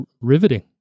riveting